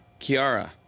Kiara